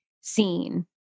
seen